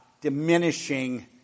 diminishing